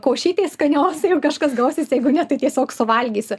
košytės skanios jeigu kažkas gausis jeigu ne tai tiesiog suvalgysiu